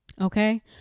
Okay